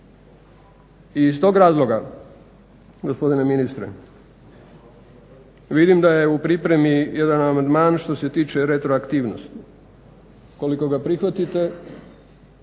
I iz tog razloga gospodine ministre vidim da je u pripremi jedan amandman što se tiče retroaktivnosti. Ukoliko ga prihvatite